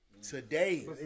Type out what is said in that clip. Today